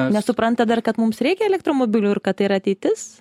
nesupranta dar kad mums reikia elektromobilių ir kad tai yra ateitis